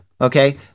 Okay